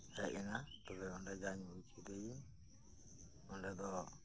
ᱦᱮᱡ ᱮᱱᱟ ᱛᱚᱵᱮ ᱚᱸᱰᱮ ᱡᱟᱧ ᱵᱩᱡᱽ ᱠᱮᱫᱟᱭᱤᱧ ᱚᱸᱰᱮ ᱫᱚ